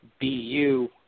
BU